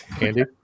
Andy